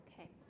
Okay